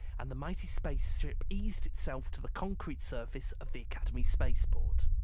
and the mighty spaceship eased itself to the concrete surface of the academy spaceport.